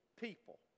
people